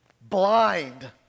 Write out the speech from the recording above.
blind